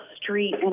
Street